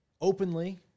openly